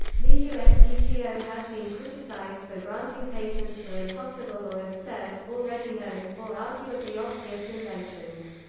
the uspto has been criticized for granting patents for impossible or absurd, already known, or arguably obvious inventions.